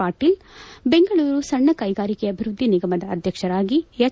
ಪಾಟೀಲ್ ಬೆಂಗಳೂರು ಸಣ್ಣ ಕೈಗಾರಿಕೆ ಅಭಿವೃದ್ಧಿ ನಿಗಮದ ಅಧ್ಯಕ್ಷರಾಗಿ ಎಚ್